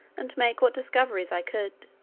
and make what discoveries i could.